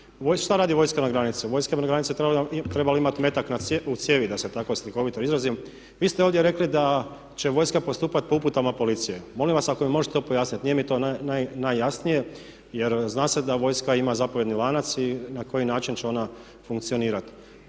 što radi vojska na granici? Vojska bi na granici trebala imati metak u cijevi, da se tako slikovito izrazim. Vi ste ovdje rekli da će vojska postupati po uputama policije. Molim vas ako mi možete to pojasniti, nije mi to najjasnije. Jer zna se da vojska ima zapovjedni lanac i na koji način će ona funkcionirati.